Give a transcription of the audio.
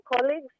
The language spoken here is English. colleagues